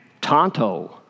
Tonto